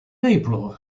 april